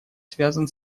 связан